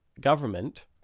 government